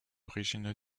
origine